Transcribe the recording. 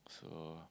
so